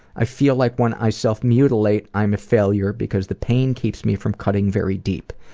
i feel like when i self-mutilate i am a failure because the pain keeps me from cutting very deep.